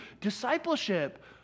discipleship